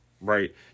right